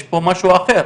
יש פה משהו אחר.